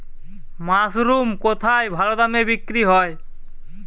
Mushroom কেথায় ভালোদামে বিক্রয় হয়?